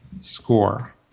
score